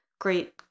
great